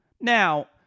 Now